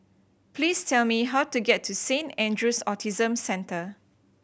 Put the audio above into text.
please tell me how to get to Saint Andrew's Autism Centre